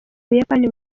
buyapani